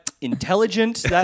intelligent